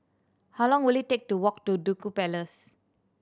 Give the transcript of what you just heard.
how long will it take to walk to Duku Palace